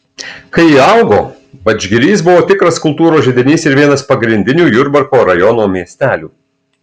kai ji augo vadžgirys buvo tikras kultūros židinys ir vienas pagrindinių jurbarko rajono miestelių